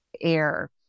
air